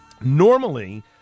normally